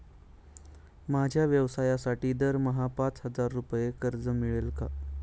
माझ्या व्यवसायासाठी दरमहा पाच हजार रुपये कर्ज मिळेल का?